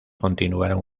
continuaron